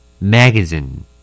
Magazine